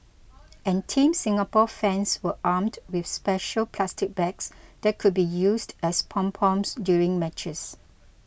and Team Singapore fans were armed with special plastic bags that could be used as pom poms during matches